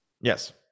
Yes